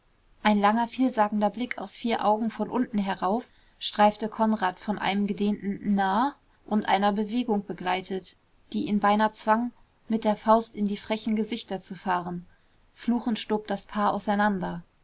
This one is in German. ein langer vielsagender blick aus vier augen von unten herauf streifte konrad von einem gedehnten na und einer bewegung begleitet die ihn beinahe zwang mit der faust in die frechen gesichter zu fahren fluchend stob das paar auseinander